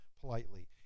politely